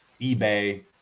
eBay